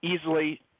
easily